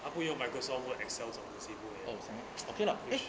她不用 microsoft word excel 种 this E book eh which